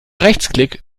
rechtsklick